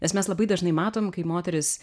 nes mes labai dažnai matom kai moteris